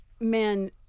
men